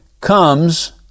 comes